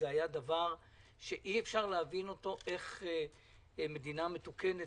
שהיה דבר שאי-אפשר להבין אותו - איך מדינה מתוקנת,